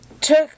took